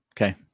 Okay